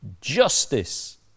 justice